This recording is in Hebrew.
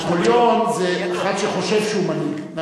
נפוליאון זה אחד שהוא חושב שהוא מנהיג.